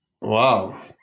Wow